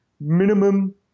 Minimum